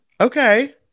Okay